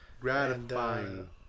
Gratifying